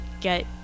get